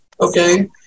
Okay